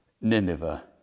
Nineveh